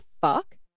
fuck